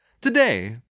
Today